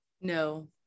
No